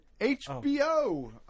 HBO